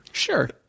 Sure